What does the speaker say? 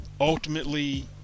ultimately